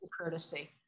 courtesy